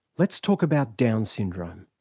let's talk about down syndrome,